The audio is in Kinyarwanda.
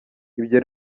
ibyo